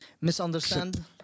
Misunderstand